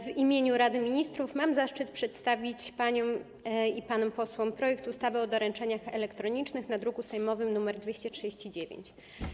W imieniu Rady Ministrów mam zaszczyt przedstawić paniom i panom posłom projekt ustawy o doręczeniach elektronicznych, druk sejmowy nr 239.